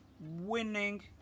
winning